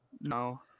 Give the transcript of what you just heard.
No